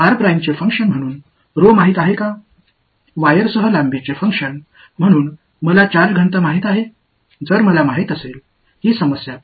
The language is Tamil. கம்பியுடன் நீளத்தின் செயல்பாடாக சார்ஜ் அடர்த்தி எனக்குத் தெரியுமா